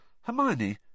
Hermione